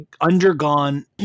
undergone